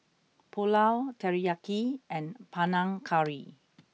Pulao Teriyaki and Panang Curry